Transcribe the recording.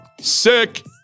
Sick